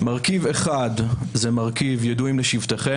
מרכיב אחד זה מרכיב "ידעים לשבטיכם",